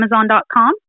Amazon.com